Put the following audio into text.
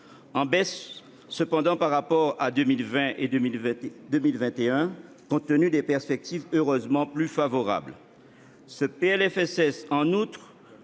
en baisse par rapport à 2020 et à 2021 compte tenu de perspectives heureusement plus favorables. Ce PLFSS prévoit,